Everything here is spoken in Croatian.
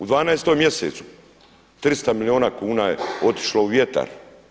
U 12. mjesecu 300 milijuna kuna je otišlo u vjetar.